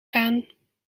gaan